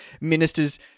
ministers